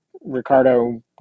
Ricardo